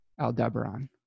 Aldebaran